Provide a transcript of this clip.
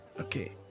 Okay